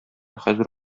хәзер